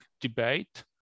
debate